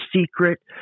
secret